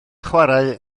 chwarae